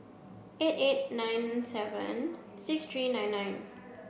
eight eight nine seven six three nine nine